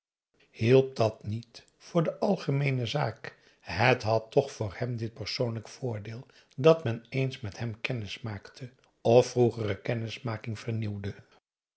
hielp dat niet voor de algemeene zaak het had toch voor hem dit persoonlijk voordeel dat men eens met hem kennis maakte of vroegere kennismaking vernieuwde